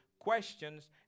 questions